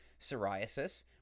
psoriasis